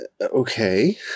okay